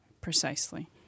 precisely